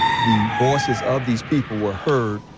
the voices of these people were hurt.